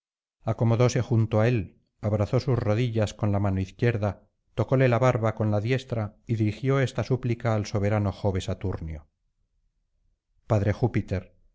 acomodóse junto á él abrazó sus rodillas con la mano izquierda tocóle la barba con la diestra y dirigió esta súplica al soberano jo saturno padre júpiter